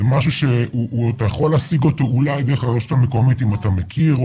זה משהו שאתה יכול להשיג אותו אולי דרך הרשות המקומית אם אתה מכיר,